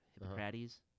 Hippocrates